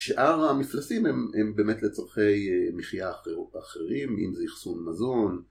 שאר המפלסים הם באמת לצורכי מחייה אחרים, אם זה איחסון מזון.